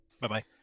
Bye-bye